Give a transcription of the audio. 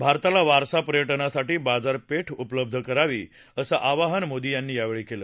भारताला वारसा पर्य ज्ञासाठी बाजारपेठ उपलब्ध करावी असं आवाहन मोदी यांनी काल केलं